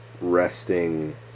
resting